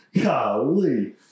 Golly